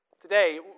Today